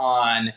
on